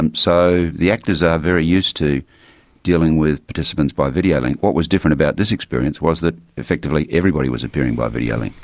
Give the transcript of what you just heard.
and so the actors are very used to dealing with participants by video link. what was different about this experience was that effectively everybody was appearing by video link.